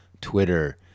Twitter